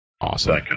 awesome